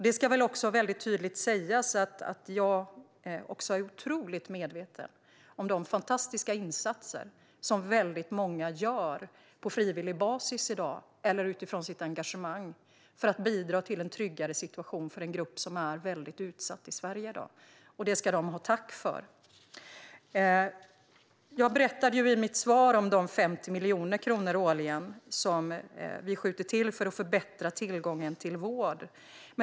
Det ska också väldigt tydligt sägas att även jag är otroligt medveten om de fantastiska insatser som väldigt många gör på frivillig basis i dag, eller utifrån sitt engagemang, för att bidra till en tryggare situation för en grupp som är väldigt utsatt i Sverige. Det ska de ha tack för. Jag berättade i mitt svar om de 50 miljoner kronor årligen som vi skjuter till för att förbättra tillgången till vård.